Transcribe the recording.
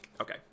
okay